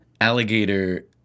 Alligator